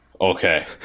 Okay